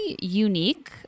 unique